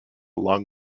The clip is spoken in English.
long